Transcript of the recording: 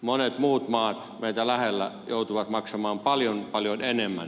monet muut maat meitä lähellä joutuvat maksamaan paljon paljon enemmän